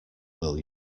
will